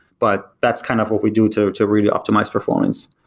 but that's kind of what we do to to really optimize performance.